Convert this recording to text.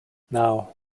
now